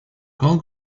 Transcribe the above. call